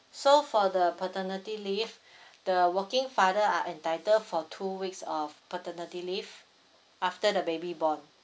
so for the paternity leave the working father are entitle for two weeks of paternity leave after the baby born